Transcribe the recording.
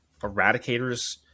Eradicators